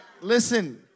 Listen